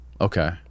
okay